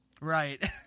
Right